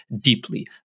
deeply